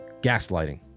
Gaslighting